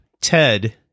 Ted